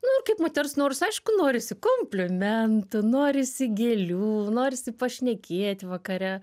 nu ir kaip moters nors aišku norisi komplimentų norisi gėlių norisi pašnekėt vakare